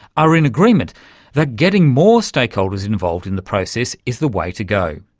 are in agreement that getting more stakeholders involved in the process is the way to go.